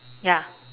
ya